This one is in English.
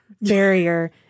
barrier